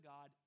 God